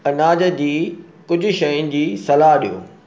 अनाज जी कुझु शयुनि जी सलाह ॾियो